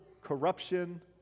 corruption